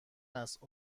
است